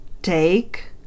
Take